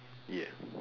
yeah